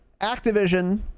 Activision